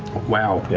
wow, yeah